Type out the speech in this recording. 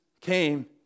came